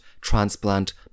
transplant